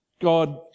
God